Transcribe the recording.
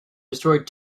destroyed